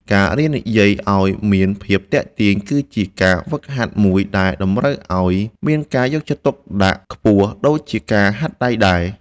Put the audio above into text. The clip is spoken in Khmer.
ការរៀននិយាយឱ្យមានភាពទាក់ទាញគឺជាការហ្វឹកហាត់មួយដែលតម្រូវឱ្យមានការយកចិត្តទុកដាក់ខ្ពស់ដូចការហាត់ដៃដែរ។